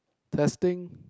testing